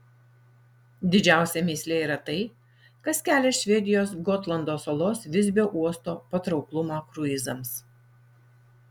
didžiausia mįslė yra tai kas kelia švedijos gotlando salos visbio uosto patrauklumą kruizams